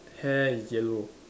hair is yellow